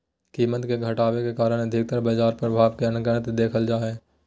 कीमत मे घटाव के कारण अधिकतर बाजार प्रभाव के अन्तर्गत देखल जा हय